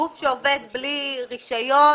גוף שעובד בלי רישיון,